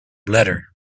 bladder